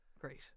Great